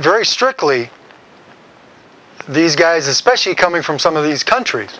very strictly these guys especially coming from some of these countries